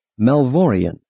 Melvorian